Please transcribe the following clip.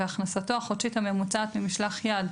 והכנסתו החודשית הממוצעת ממשלח יד,